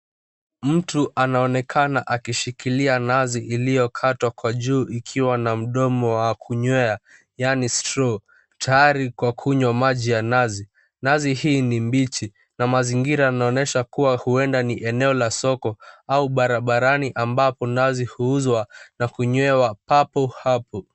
Mtu anaonekana akishikilia nazi iliyokatwa kwa juu ikiwa na mdomo wa kunywea yani straw tayari kukunywa maji ya nazi. Nazi hii ni mbichi na mazingira yanaonyesha kuwa labda ni eneo la soko au barabarani ambapo nazi huuzwa na kunywewa papo hapo.